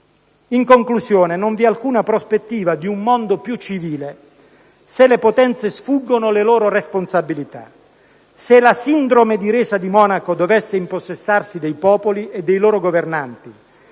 «In conclusione, non vi è alcuna prospettiva di un mondo più civile se le potenze sfuggono le loro responsabilità, se la sindrome di resa di Monaco dovesse impossessarsi dei popoli e dei loro governanti,